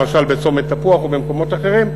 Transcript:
למשל בצומת תפוח ובמקומות אחרים,